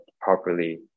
properly